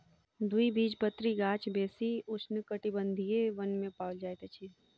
द्विबीजपत्री गाछ बेसी उष्णकटिबंधीय वन में पाओल जाइत अछि